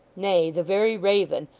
nay, the very raven,